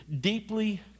deeply